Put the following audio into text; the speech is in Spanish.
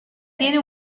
tiene